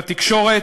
בתקשורת.